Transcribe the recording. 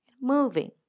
Moving